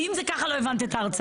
אם זה ככה, לא הבנת את ההרצאה.